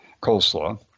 coleslaw